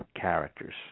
characters